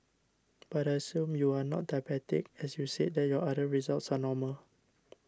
but I assume you are not diabetic as you said that your other results are normal